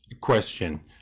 question